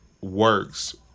works